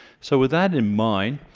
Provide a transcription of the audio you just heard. so with that in mind,